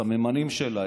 הסממנים שלה,